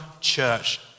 church